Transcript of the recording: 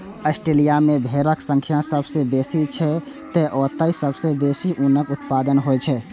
Australia मे भेड़क संख्या सबसं बेसी छै, तें ओतय सबसं बेसी ऊनक उत्पादन होइ छै